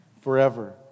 forever